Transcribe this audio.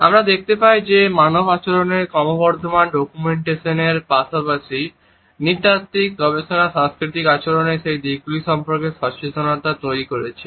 আমরা দেখতে পাই যে মানব আচরণের ক্রমবর্ধমান ডকুমেন্টেশনের পাশাপাশি নৃতাত্ত্বিক গবেষণা সাংস্কৃতিক আচরণের সেই দিকগুলি সম্পর্কে সচেতনতা তৈরি করছে